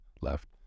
left